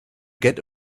get